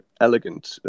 elegant